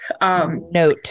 Note